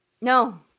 No